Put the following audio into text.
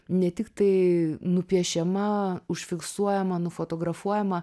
ne tik tai nupiešiama užfiksuojama nufotografuojama